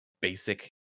basic